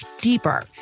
deeper